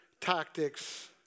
tactics